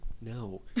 No